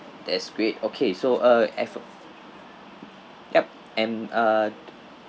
that's great okay so uh f~ ya and uh